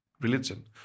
religion